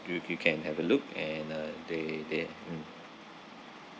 you you can have a look and uh they they mm